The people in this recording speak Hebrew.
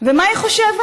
מה היא חושבת?